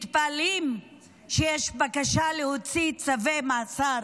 מתפלאים שיש בקשה להוציא צווי מעצר